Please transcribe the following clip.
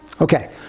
Okay